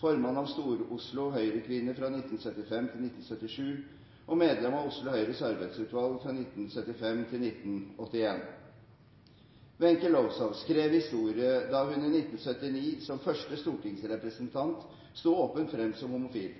formann av Stor-Oslo Høyrekvinner fra 1975 til 1977 og medlem av Oslo Høyres arbeidsutvalg fra 1975 til 1981. Wenche Lowzow skrev historie da hun i 1979, som første stortingsrepresentant, sto åpent frem som homofil.